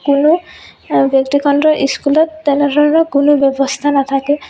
কোনো ব্যক্তিখণ্ডৰ স্কুলত তেনেধৰণৰ কোনো ব্যৱস্থা নাথাকে